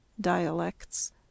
Dialects